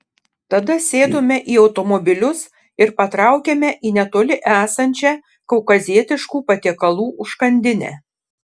tada sėdome į automobilius ir patraukėme į netoli esančią kaukazietiškų patiekalų užkandinę